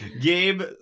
Gabe